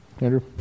Andrew